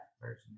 version